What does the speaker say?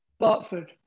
Bartford